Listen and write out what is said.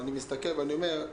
אני מסתכל ואומר,